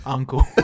Uncle